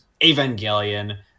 Evangelion